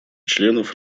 членов